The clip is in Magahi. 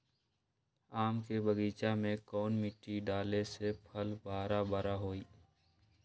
आम के बगीचा में कौन मिट्टी डाले से फल बारा बारा होई?